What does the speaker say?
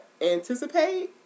anticipate